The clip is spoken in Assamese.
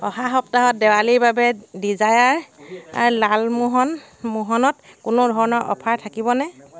অহা সপ্তাহত দেৱালীৰ বাবে ডিজায়াৰ লালমোহন মোহনত কোনো ধৰণৰ অফাৰ থাকিব নে